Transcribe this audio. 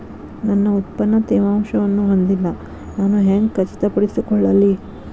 ನನ್ನ ಉತ್ಪನ್ನ ತೇವಾಂಶವನ್ನು ಹೊಂದಿಲ್ಲಾ ನಾನು ಹೆಂಗ್ ಖಚಿತಪಡಿಸಿಕೊಳ್ಳಲಿ?